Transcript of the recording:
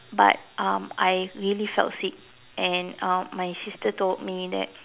but um I really felt sick and um my sister told me that